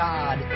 God